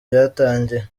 byatangiye